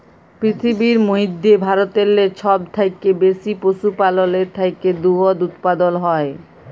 পিরথিবীর মইধ্যে ভারতেল্লে ছব থ্যাইকে বেশি পশুপাললের থ্যাইকে দুহুদ উৎপাদল হ্যয়